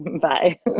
bye